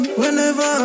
whenever